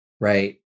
Right